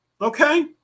Okay